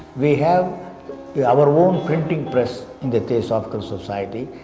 we have yeah our own printing press in the theosophical society,